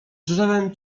drzewem